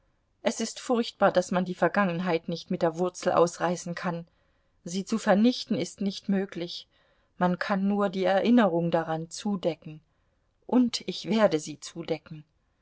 es ist furchtbar daß man die vergangenheit nicht mit der wurzel ausreißen kann sie zu vernichten ist nicht möglich man kann nur die erinnerung daran zudecken und ich werde sie zudecken